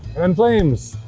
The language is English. then flames